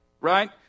right